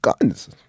guns